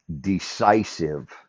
decisive